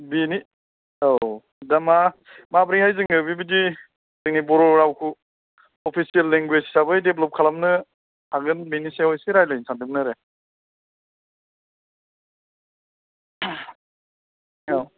बेनि औ दा मा माब्रैहाय जोङो बेबायदि जोंनि बर' रावखौ अफिसियेल लेंगुवेज हिसाबै देभलप खालामनो हागोन बेनि सायाव एसे रायज्लायनो सान्दोंमोन आरो औ